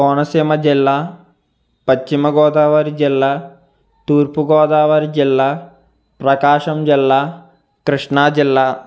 కోనసీమ జిల్లా పశ్చిమగోదావరి జిల్లా తూర్పుగోదావరి జిల్లా ప్రకాశం జిల్లా కృష్ణాజిల్లా